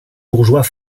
bourgeois